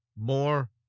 more